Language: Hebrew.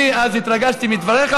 אני אז התרגשתי מדבריך,